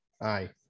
aye